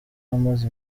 amaze